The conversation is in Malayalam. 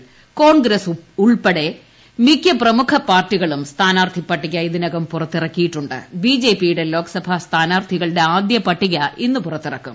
ക്ലോൺഗ്സ് ഉൾപ്പെടെ മിക്ക പ്രമുഖ പാർട്ടികളും സ്ഥാനാർത്ഥി പ്രിട്ടിക ഇതിനകം പുറത്തിറക്കിയിട്ടു ബിജെപിയുടെ ലോക്സുഭാ സ്ഥാനാർത്ഥികളുടെ ആദ്യ പട്ടിക ഇന്ന് പുറത്തിറക്കും